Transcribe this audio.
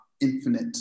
infinite